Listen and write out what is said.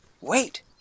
Wait